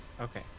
Okay